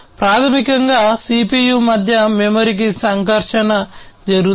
ప్రాథమికంగా CPU మధ్య మెమరీకి సంకర్షణ జరుగుతుంది